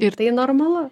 ir tai normalu